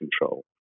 control